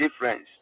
Difference